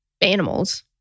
animals